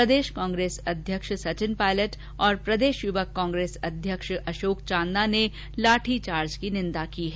प्रदेश कांग्रेस अध्यक्ष सचिन पायलट और प्रदेश युवक कांग्रेस अध्यक्ष अशोक चांदना ने लाठीचार्ज की निंदा की है